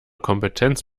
kompetenz